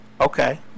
Okay